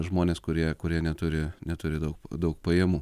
žmones kurie kurie neturi neturi daug daug pajamų